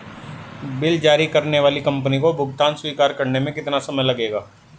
Bill जारी करने वाली कंपनी को भुगतान स्वीकार करने में कितना समय लगेगा?